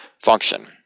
function